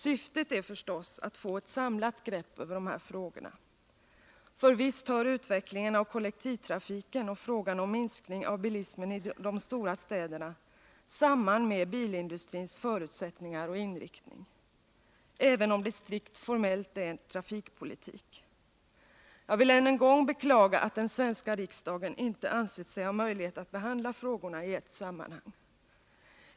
Syftet är förstås att få ett samlat grepp över dessa frågor, för visst hör utvecklingen av kollektivtrafiken och frågan om minskning av bilismen i de stora städerna samman med bilindustrins förutsättningar och inriktning, även om det strikt formellt är trafikpolitik. Jag vill än en gång beklaga att den svenska riksdagen inte ansett sig ha möjlighet att behandla frågorna i ett sammanhang.